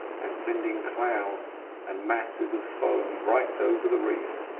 and sending clouds and masses of foam right over the reef.